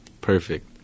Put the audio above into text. perfect